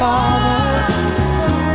Father